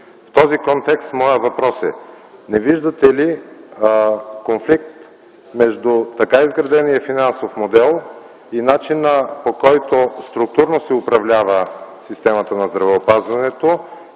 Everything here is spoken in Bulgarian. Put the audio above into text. В този контекст моят въпрос е: не виждате ли конфликт между така изградения финансов модел и начина, по който структурно се управлява системата на здравеопазването?